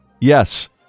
Yes